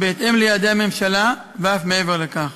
בהתאם ליעדי הממשלה ואף מעבר לכך.